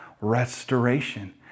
restoration